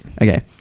Okay